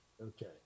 Okay